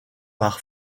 par